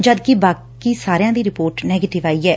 ਜਦਕਿ ਬਾਕੀਆਂ ਦੀ ਰਿਪੋਰਟ ਨੈਗਟਿਵ ਆਈ ਐ